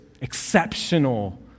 exceptional